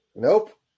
nope